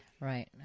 Right